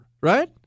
right